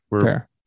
Fair